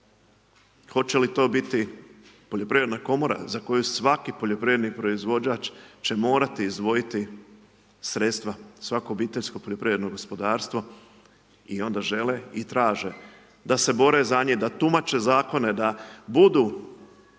Hoće li to biti poljoprivredna komora za koju svaki poljoprivrednik, proizvođač će morati izdvojiti sredstva, svaki OPG i onda žele i traže da se bore za njih, da tumače zakone, da budu